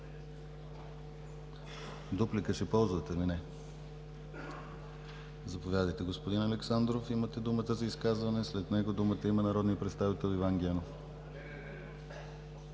Дуплика ще ползвате ли? Не. Заповядайте, господин Александров. Имате думата за изказване, а след него думата има народният представител Иван Генов.